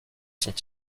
sont